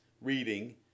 reading